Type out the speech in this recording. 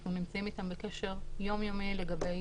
אנחנו נמצאים איתם בקשר יומיומי לגבי